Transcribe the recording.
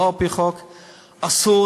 לא על-פי חוק,